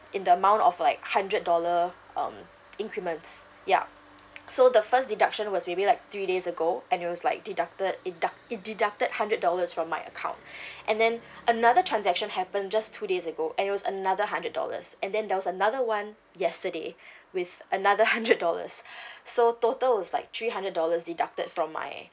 in the amount of like hundred dollar um increments yup so the first deduction was maybe like three days ago and it was like deducted it deducted hundred dollars from my account and then another transaction happened just two days ago and it was another hundred dollars and then there was another one yesterday with another hundred dollars so total was like three hundred dollars deducted from my